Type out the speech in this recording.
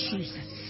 Jesus